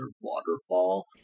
waterfall